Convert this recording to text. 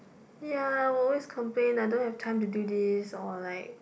ya I will always complain I don't have time to do this or like